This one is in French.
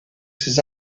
ses